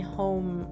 home